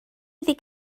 iddi